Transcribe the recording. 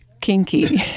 kinky